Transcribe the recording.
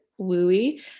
wooey